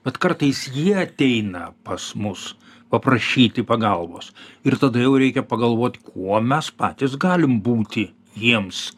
bet kartais jie ateina pas mus paprašyti pagalbos ir tada jau reikia pagalvot kuo mes patys galim būti jiems